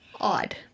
odd